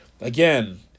again